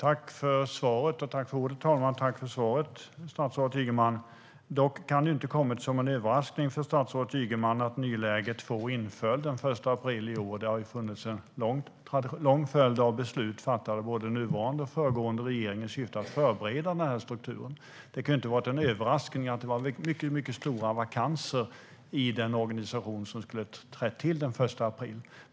Herr talman! Tack för svaret, statsrådet Ygeman! Dock kan det inte ha kommit som någon överraskning för statsrådet att nyläge 2 inföll den 1 april i år. En lång följd av beslut har fattats av både den nuvarande och den föregående regeringen i syfte att förbereda denna struktur. Det kan inte ha varit någon överraskning att det fanns stora vakanser i den organisation som skulle ha tillträtt den 1 april.